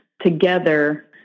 together